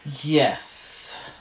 Yes